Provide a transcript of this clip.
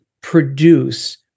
produce